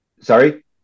Sorry